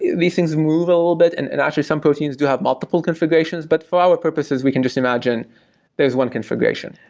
these things move a little bit, and and actually some proteins do have multiple configurations. but for our purposes, we can just imagine there's one configuration.